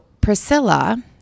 Priscilla